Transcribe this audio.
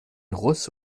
russe